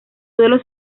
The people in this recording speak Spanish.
duelo